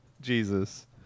Jesus